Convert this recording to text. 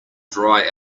dry